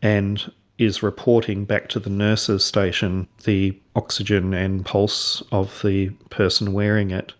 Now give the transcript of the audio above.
and is reporting back to the nurses' station the oxygen and pulse of the person wearing it.